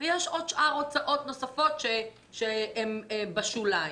ויש עוד הוצאות נוספות שהן בשוליים.